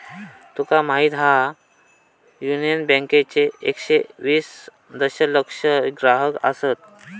तुका माहीत हा, युनियन बँकेचे एकशे वीस दशलक्ष ग्राहक आसत